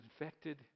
infected